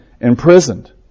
imprisoned